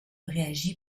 réagit